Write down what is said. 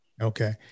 Okay